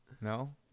No